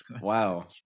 Wow